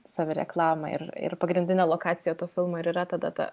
savireklama ir ir pagrindinę lokaciją to filmo ir yra tada ta